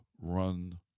run